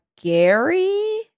Gary